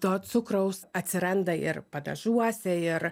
to cukraus atsiranda ir padažuose ir